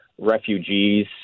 refugees